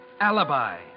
alibi